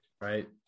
right